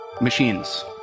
machines